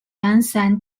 unsigned